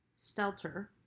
Stelter